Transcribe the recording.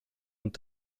und